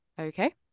Okay